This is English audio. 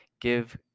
give